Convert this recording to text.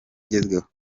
igezweho